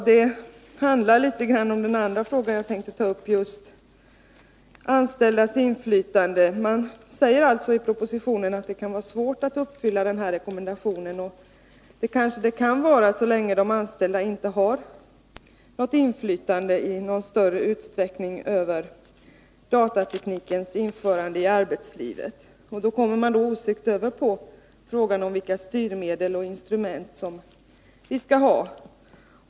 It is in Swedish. Detta berör i viss mån den andra frågan som jag tänkte ta upp, nämligen frågan om anställdas inflytande. Man säger alltså i propositionen att det kan vara svårt att uppfylla den här rekommendationen, och det kanske det kan vara så länge de anställda inte har inflytande i någon större utsträckning över datateknikens införande i arbetslivet. Då kommer man osökt över på frågan om vilka styrmedel och instrument vi skall ha.